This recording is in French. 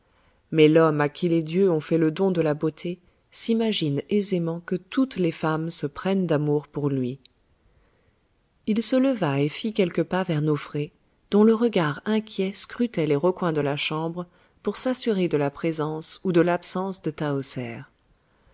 mais l'homme à qui les dieux ont fait le don de la beauté s'imagine aisément que toutes les femmes se prennent d'amour pour lui il se leva et fit quelques pas vers nofré dont le regard inquiet scrutait les recoins de la chambre pour s'assurer de la présence ou de l'absence de